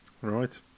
right